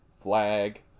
flag